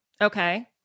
okay